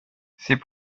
c’est